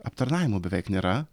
aptarnavimo beveik nėra